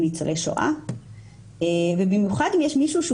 עם ניצולי שואה ובמיוחד אם יש מישהו שהוא